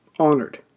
honored